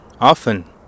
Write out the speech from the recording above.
Often